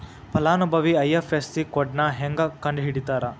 ಫಲಾನುಭವಿ ಐ.ಎಫ್.ಎಸ್.ಸಿ ಕೋಡ್ನಾ ಹೆಂಗ ಕಂಡಹಿಡಿತಾರಾ